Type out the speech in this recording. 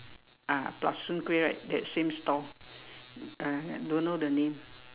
ah plus soon-kueh right that same stall ah don't know the name